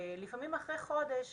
ולפעמים אחרי חודש